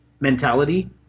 mentality